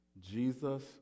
Jesus